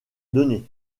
donner